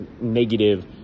negative